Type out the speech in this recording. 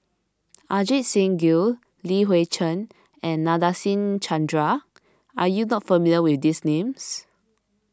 Ajit Singh Gill Li Hui Cheng and Nadasen Chandra are you not familiar with these names